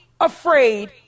afraid